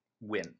win